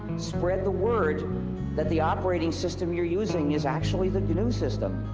spread the word that the operating system you're using is actually the gnu system.